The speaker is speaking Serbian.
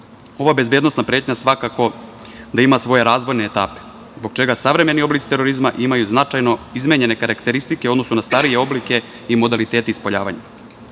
bezbednosna pretnja svakako da ima svoje razvojne etape, zbog čega savremeni oblici terorizma imaju značajno izmenjene karakteristike u odnosu na starije oblike i modalitete ispoljavanja.